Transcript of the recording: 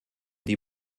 die